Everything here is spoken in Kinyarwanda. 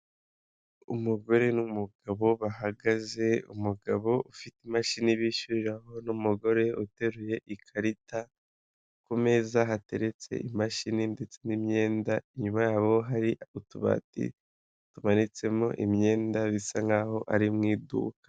Umugore n'umugabo bahagaze, umugabo ufite imashini bishyuriraho, n'umugore uteruye ikarita, ku meza hateretse imashini n'imyenda, inyuma yabo hari utubati tumanitsemo imyenda, bisa nk'aho ari mu iduka.